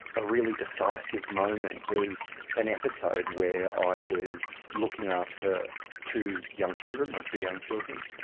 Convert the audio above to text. a really decisive moment was an episode where i was looking after two young children, my two young children.